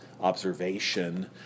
observation